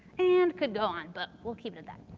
and could go on, but we'll keep it at that.